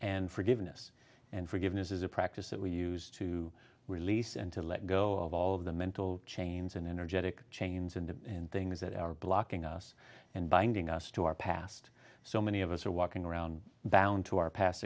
and forgiveness and forgiveness is a practice that we use to release and to let go of all of the mental chains and energetic chains and things that are blocking us and binding us to our past so many of us are walking around balun to our past